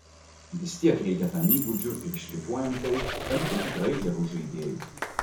vistiek reikia tam įgūdžių ir šlifuojant tai tampi tikrai geru žaidėju